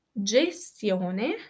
gestione